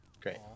Great